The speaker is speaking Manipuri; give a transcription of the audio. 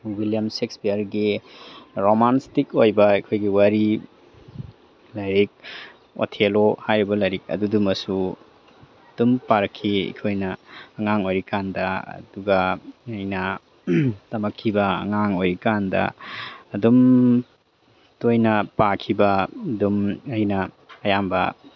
ꯋꯤꯜꯂꯤꯌꯝ ꯁꯦꯛꯁꯄꯤꯌꯔꯒꯤ ꯔꯣꯃꯥꯟꯇꯤꯛ ꯑꯣꯏꯕ ꯑꯩꯈꯣꯏꯒꯤ ꯋꯥꯔꯤ ꯂꯥꯏꯔꯤꯛ ꯑꯣꯊꯦꯜꯂꯣ ꯍꯥꯏꯔꯤꯕ ꯂꯥꯏꯔꯤꯛ ꯑꯗꯨꯗꯨꯃꯁꯨ ꯑꯗꯨꯝ ꯄꯥꯔꯛꯈꯤ ꯑꯩꯈꯣꯏꯅ ꯑꯉꯥꯡ ꯑꯣꯏꯔꯤꯀꯥꯟꯗ ꯑꯗꯨꯒ ꯑꯩꯅ ꯇꯃꯛꯈꯤꯕ ꯑꯉꯥꯡ ꯑꯣꯏꯔꯤꯀꯥꯟꯗ ꯑꯗꯨꯝ ꯇꯣꯏꯅ ꯄꯥꯈꯤꯕ ꯑꯗꯨꯝ ꯑꯩꯅ ꯑꯌꯥꯝꯕ